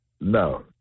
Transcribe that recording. no